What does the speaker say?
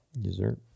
Dessert